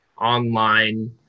online